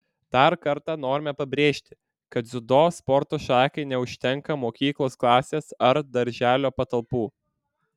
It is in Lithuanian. dar kartą norime pabrėžti kad dziudo sporto šakai neužtenka mokyklos klasės ar darželio patalpų